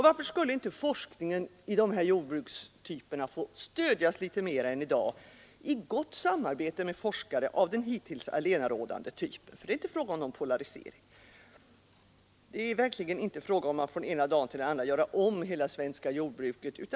Varför skulle inte forskningen i dessa jordbrukstyper kunna stödjas något mer än i dag och i gott samarbete med forskare av den hittills allenarådande typen eftersom det inte gäller någon polarisering? Det är verkligen inte fråga om att från den ena dagen till den andra göra om hela det svenska jordbruket.